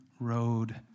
road